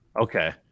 Okay